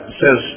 says